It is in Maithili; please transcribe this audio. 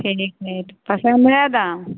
ठीक हइ पसन्द हइ दाम